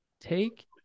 take